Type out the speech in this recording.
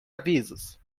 avisos